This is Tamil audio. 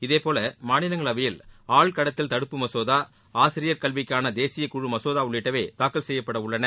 இதேபோல மாநிலங்களவையில் ஆள் கடத்தல் தடுப்பு மசோதா ஆசிரியர் கல்விக்கான தேசிய குழு மசோதா உள்ளிட்டவை தாக்கல் செய்யப்பட உள்ளன